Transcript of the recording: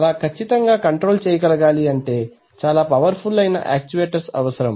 ఇలా ఖచ్చితంగా కంట్రోల్ చేయగలగాలి అంటే చాలా పవర్ ఫుల్ అయిన యాక్చువేటర్స్ అవసరం